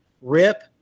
Rip